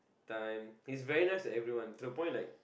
time he is very nice to everyone to the point like